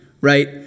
right